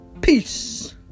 Peace